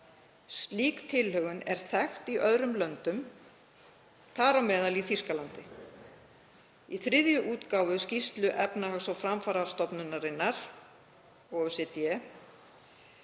Slík tilhögun er þekkt í öðrum löndum, þar á meðal í Þýskalandi. Í þriðju útgáfu skýrslu Efnahags- og framfarastofnunarinnar (OECD)